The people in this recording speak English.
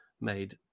made